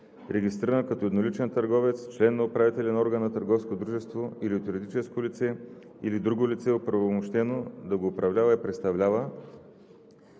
регистрирано като едноличен търговец, член на управителен орган на търговско дружество или от юридическо лице, или друго лице, оправомощено да го управлява и представлява,